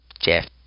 Jeff